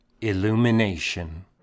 Illumination